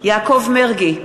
יעקב מרגי,